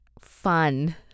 fun